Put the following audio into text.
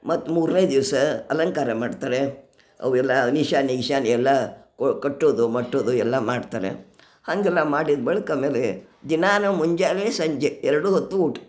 ಮತ್ತೆ ಮೂರನೇ ದಿವಸ ಅಲಂಕಾರ ಮಾಡ್ತಾರೆ ಅವೆಲ್ಲ ನಿಶಾನೆ ಇಶಾನೆಲ್ಲ ಕು ಕಟ್ಟುದು ಮಟ್ಟುದು ಎಲ್ಲ ಮಾಡ್ತಾರೆ ಹಾಗೆಲ್ಲ ಮಾಡಿದ ಬಳಿಕ ಮೇಲೆ ದಿನಾನು ಮುಂಜಾಲೆ ಸಂಜೆ ಎರಡು ಹೊತ್ತು ಊಟ